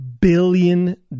billion